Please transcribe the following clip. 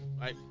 right